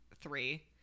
three-